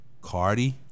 Cardi